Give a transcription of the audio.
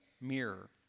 mirror